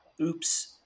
oops